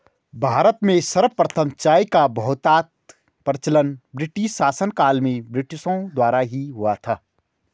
भारत में सर्वप्रथम चाय का बहुतायत प्रचलन ब्रिटिश शासनकाल में ब्रिटिशों द्वारा ही हुआ था